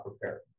prepared